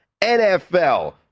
NFL